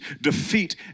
defeat